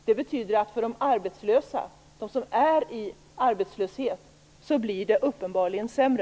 Det betyder att för dem som är i arbetslöshet blir det uppenbarligen sämre.